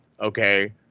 okay